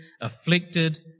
afflicted